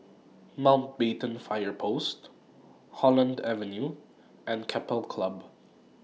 Mountbatten Fire Post Holland Avenue and Keppel Club